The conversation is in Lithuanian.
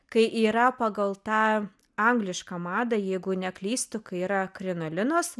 kai yra pagal tą anglišką madą jeigu neklystu kai yra krinolinos